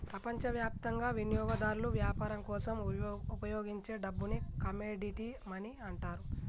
ప్రపంచవ్యాప్తంగా వినియోగదారులు వ్యాపారం కోసం ఉపయోగించే డబ్బుని కమోడిటీ మనీ అంటారు